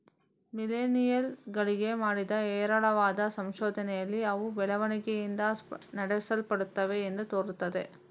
millennial ಗಳಿಗೆ ಮಾಡಿದ ಹೇರಳವಾದ ಸಂಶೋಧನೆಯಲ್ಲಿ ಅವು ಬೆಳವಣಿಗೆಯಿಂದ ನಡೆಸಲ್ಪಡುತ್ತವೆ ಎಂದು ತೋರುತ್ತದೆ